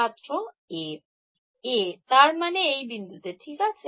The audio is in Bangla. ছাত্র A A তার মানে এই বিন্দুতে ঠিক আছে